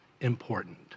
important